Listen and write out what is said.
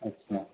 अच्छा